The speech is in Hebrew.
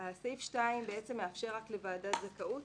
סעיף 2 מאפשר רק לוועדת זכאות